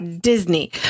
Disney